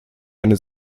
eine